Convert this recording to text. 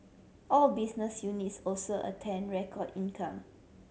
all business units also attained record income